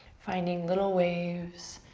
finding little waves.